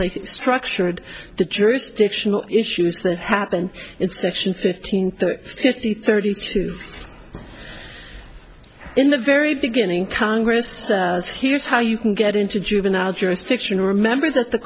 they structured the jurisdictional issues that happened in section fifteen thirty thirty two in the very beginning congress here's how you can get into juvenile jurisdiction remember that the